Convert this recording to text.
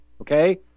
Okay